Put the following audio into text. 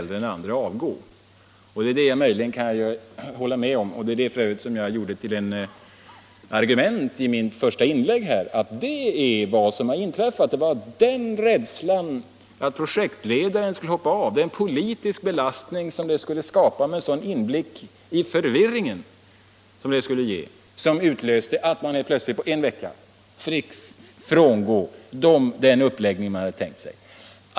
Det är vad som har inträffat, och det gjorde jag till ett argument i mitt första inlägg. Det var rädslan för att projektchefen skulle hoppa av och den politiska belastningen det skulle skapa med en sådan inblick i förvirringen som gjorde att man plötsligt, på en vecka, frångick den uppläggning man hade tänkt sig.